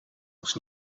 ons